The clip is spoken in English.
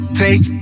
take